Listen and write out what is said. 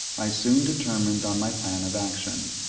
i soon determined on my plan of action.